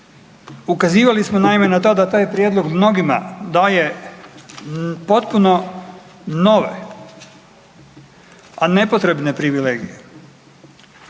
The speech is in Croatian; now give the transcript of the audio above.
Ukazivali smo naime, na to da taj prijedlog mnogima daje potpuno nove a nepotrebne privilegije